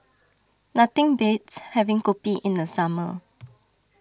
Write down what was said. nothing beats having Kopi in the summer